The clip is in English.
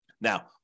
Now